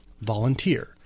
volunteer